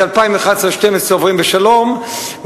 את 2011 2012 עוברים בשלום,